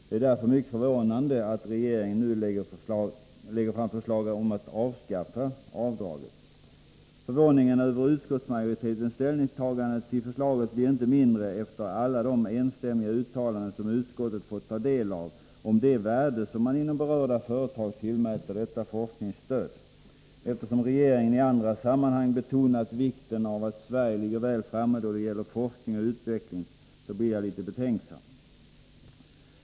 Det är därför mycket förvånande att regeringen nu lägger fram förslag om att avskaffa avdraget. Förvåningen över utskottsmajoritetens ställningstagande till förslaget blir inte mindre efter alla de enstämmiga uttalanden som utskottet fått ta del av om det värde som man inom berörda företag tillmäter detta forskningsstöd. Eftersom regeringen i andra sammanhang betonat vikten av att Sverige ligger väl framme då det gäller forskning och utveckling, blir man betänksam.